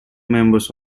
members